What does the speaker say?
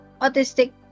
autistic